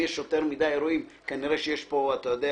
ואם יש יותר מדי אירועים כנראה שיש בעיה,